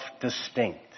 distinct